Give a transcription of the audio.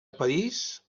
parís